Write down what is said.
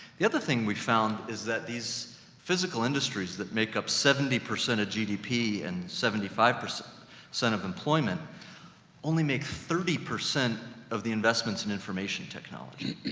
the other thing we found is that these physical industries that make up seventy percent of gdp and seventy five percent of employment only make thirty percent of the investments in information technology.